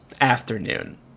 afternoon